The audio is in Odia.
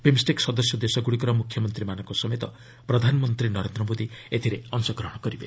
ବିମ୍ଷ୍ଟେକ୍ ସଦସ୍ୟ ଦେଶଗୁଡ଼ିକର ମୁଖ୍ୟମାନଙ୍କ ସମେତ ପ୍ରଧାନମନ୍ତ୍ରୀ ନରେନ୍ଦ୍ର ମୋଦି ଏଥିରେ ଅଂଶଗ୍ ହଣ କରିବେ